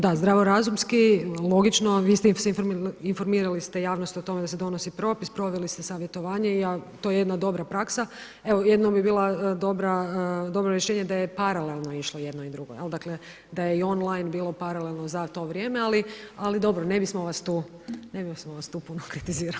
Da, zdravo razumski, logično vi ste informirali javnost o tome da se donosi propis, proveli ste savjetovanje, to je jedna dobra praksa, jedino bi bilo dobro rješenje da je paralelno išlo i jedno i drugo, dakle da je i online bilo paralelno za to vrijeme, ali dobro, ne bismo vas tu puno kritizirali.